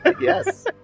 yes